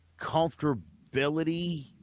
comfortability